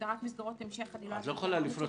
הגדרת מסגרות המשך אני לא אגיד כי אמרנו שנדבר.